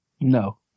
No